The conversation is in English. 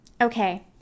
Okay